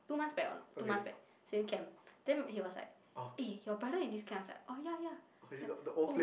two months back or not two months back student camp then he was like eh your brother in this camp I was like oh yeah yeah he was like oh